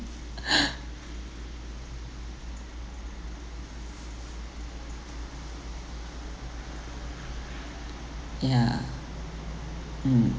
yeah mm